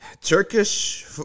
Turkish